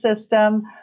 system